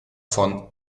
von